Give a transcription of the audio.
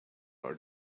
are